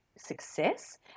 Success